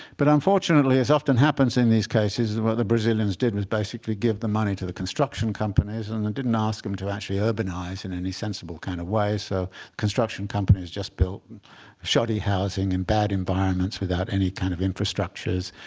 but unfortunately, as often happens in these cases, what the brazilians did was basically give the money to the construction companies. and they didn't ask them to actually urbanize in any sensible kind of way. so construction companies just built and shoddy housing in bad environments without any kind of infrastructures.